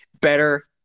better